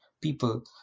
people